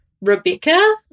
Rebecca